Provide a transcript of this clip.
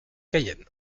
cayenne